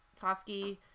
Toski